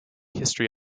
history